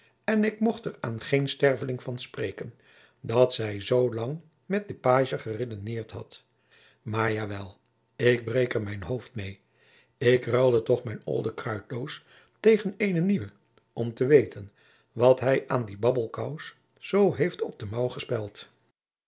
en ik mocht er aan geen sterveling van spreken dat zij zoo lang met den pagie geredeneerd had maar ja wel ik breek er mijn hoofd meê ik ruilde toch mijn olde kruiddoos tegen eene nieuwe om te weten wat hij aan die babbelkous al zoo heeft op de mouw